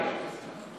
לא אליי.